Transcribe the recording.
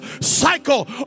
cycle